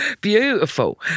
beautiful